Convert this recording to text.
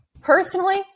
Personally